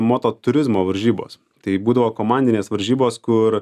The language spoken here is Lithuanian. mototurizmo varžybos tai būdavo komandinės varžybos kur